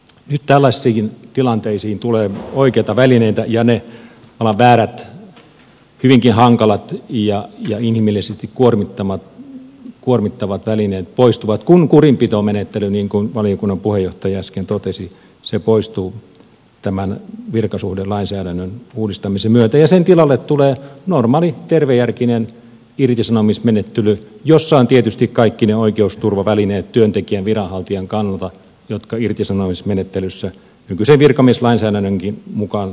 nyt tällaisiinkin tilanteisiin tulee oikeita välineitä ja ne tavallaan väärät hyvinkin hankalat ja inhimillisesti kuormittavat välineet poistuvat kun kurinpitomenettely niin kuin valiokunnan puheenjohtaja äsken totesi poistuu tämän virkasuhdelainsäädännön uudistamisen myötä ja sen tilalle tulee normaali tervejärkinen irtisanomismenettely jossa on tietysti työntekijän viranhaltijan kannalta kaikki ne oikeusturvavälineet jotka irtisanomismenettelyssä nykyisen virkamieslainsäädännönkin mukaan tulee olla